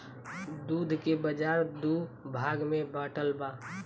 दूध के बाजार दू भाग में बाटल बा